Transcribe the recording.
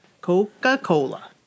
Coca-Cola